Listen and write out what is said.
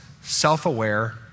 self-aware